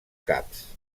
caps